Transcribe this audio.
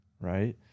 right